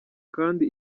kandi